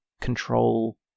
control